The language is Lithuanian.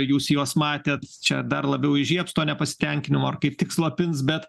jūs juos matėt čia dar labiau įžiebs to nepasitenkinimo ar kaip tik slopins bet